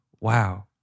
Wow